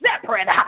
separate